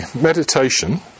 meditation